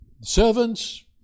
Servants